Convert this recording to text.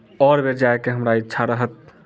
आओर बेर जायके हमरा इच्छा रहत